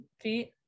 feet